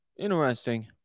Interesting